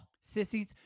Sissies